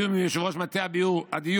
בתיאום עם יושב-ראש מטה הדיור